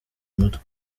umutwe